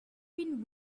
been